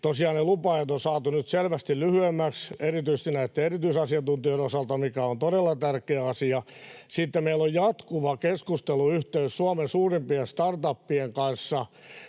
lupa-ajat on saatu nyt selvästi lyhyemmiksi, erityisesti näitten erityisasiantuntijoiden osalta, mikä on todella tärkeä asia. Sitten meillä on jatkuva keskusteluyhteys Suomen suurimpien startupien kanssa